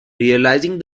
realizing